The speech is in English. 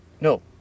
No